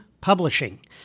Publishing